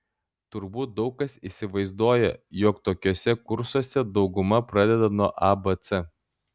turbūt daug kas įsivaizduoja jog tokiuose kursuose dauguma pradeda nuo abc